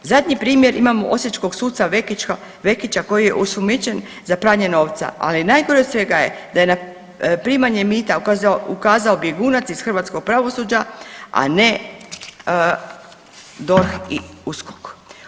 Zadnji primjer imamo osječkog suca Vekića koji je osumnjičen za pranje novca, ali najgore od svega je da je na primanje mita ukazao bjegunac iz hrvatskog pravosuđa, a ne DORH i USKOK.